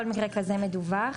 כל מקרה כזה מדווח.